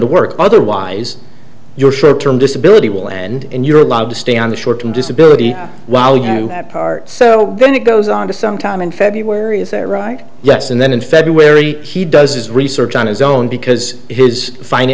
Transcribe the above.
to work otherwise your short term disability will end and you're allowed to stay on the short term disability while you are so when it goes on to some time in february is that right yes and then in february he does his research on his own because his fin